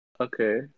okay